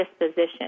disposition